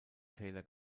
taylor